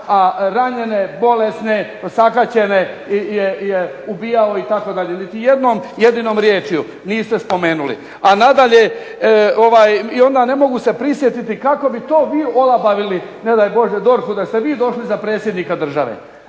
a ranjene, bolesne, osakaćene je ubijao itd. Niti jednom jedinom riječju niste spomenuli. A nadalje i onda ne mogu se prisjetiti kako bi to vi olabavili ne daj Bože DORH-u da ste vi došli za predsjednika države.